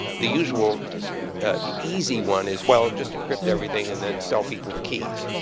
the usual easy one is, well, just encrypt everything and then sell people the keys.